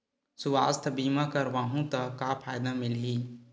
सुवास्थ बीमा करवाहू त का फ़ायदा मिलही?